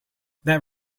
that